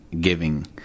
giving